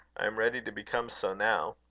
i am ready to become so now.